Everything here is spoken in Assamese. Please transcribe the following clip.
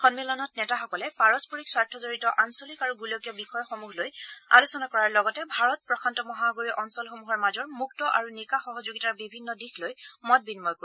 সম্মিলনত নেতাসকলে পাৰস্পৰিক স্বাৰ্থজড়িত আঞ্চলিক আৰু গোলকীয় বিষয়সমূহ হৈ আলোচনা কৰাৰ লগতে ভাৰত প্ৰশান্ত মহাসাগৰীয় অঞ্চলসমূহৰ মাজৰ মুক্ত আৰু নিকা সহযোগীতাৰ বিভিন্ন দিশ লৈ মত বিনিময় কৰিব